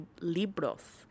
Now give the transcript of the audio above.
Libros